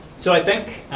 so i think,